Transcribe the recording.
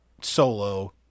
Solo